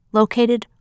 located